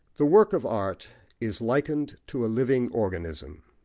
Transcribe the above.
the work of art is likened to a living organism.